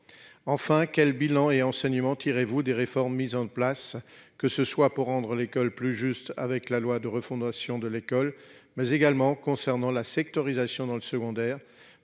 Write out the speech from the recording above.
enfin quel bilan et enseignement tirez-vous des réformes mises en place que ce soit pour rendre l'école plus juste, avec la loi de refondation de l'école mais également concernant la sectorisation dans le secondaire